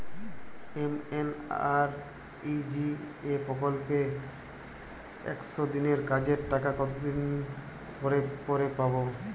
MNREGA প্রকল্পে একশ দিনের কাজের টাকা কতদিন পরে পরে পাব?